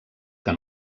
que